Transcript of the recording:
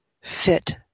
fit